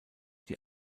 die